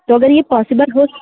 तो अगर ये पोसेबल हो